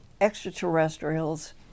extraterrestrials